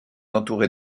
entourée